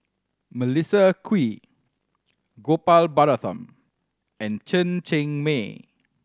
Melissa Kwee Gopal Baratham and Chen Cheng Mei